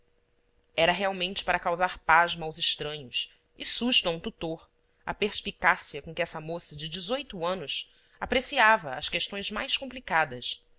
era realmente para causar pasmo aos estranhos e susto a um tutor a perspicácia com que essa moça de dezoito anos aprecia va as questões mais complicadas